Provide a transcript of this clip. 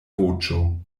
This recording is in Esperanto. voĉo